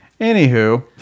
Anywho